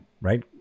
right